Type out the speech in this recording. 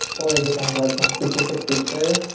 or it becomes like some specific feature,